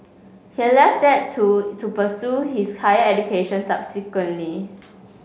he left that too to pursue his higher education subsequently